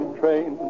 train